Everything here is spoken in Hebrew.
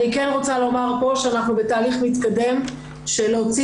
אני כן רוצה לומר פה שאנחנו בתהליך מתקדם של להוציא